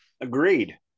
Agreed